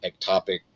ectopic